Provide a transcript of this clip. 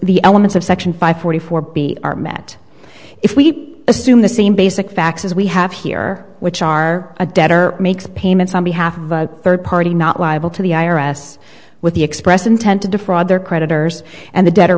the elements of section five forty four b are met if we assume the same basic facts as we have here which are a debtor makes payments on behalf of a third party not liable to the i r s with the express intent to defraud their creditors and the de